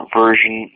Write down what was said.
version